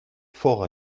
fort